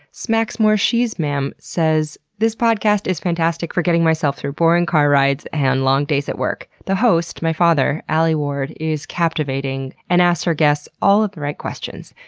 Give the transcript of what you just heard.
smacksmooresheemsmaam says this podcast is fantastic for getting myself through boring car rides and long days at work. the host, my father, alie ward, is captivating and asks her guests all of the right questions.